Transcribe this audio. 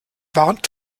warnt